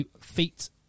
Feet